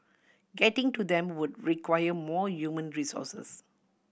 getting to them would require more resources